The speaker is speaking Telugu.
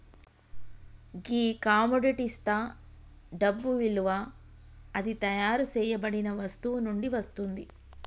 గీ కమొడిటిస్తా డబ్బు ఇలువ అది తయారు సేయబడిన వస్తువు నుండి వస్తుంది